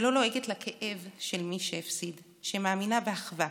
שלא לועגת לכאב של מי שהפסיד, שמאמינה באחווה,